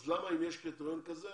אם יש קריטריון כזה,